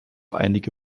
einige